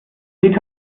lied